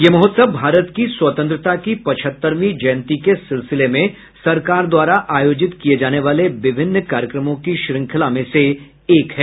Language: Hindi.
यह महोत्सव भारत की स्वतंत्रता की पचहत्तरवीं जयंती के सिलसिले में सरकार द्वारा आयोजित किये जाने वाले विभिन्न कार्यक्रमों की श्रृंखला में से एक है